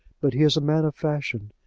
but he is a man of fashion,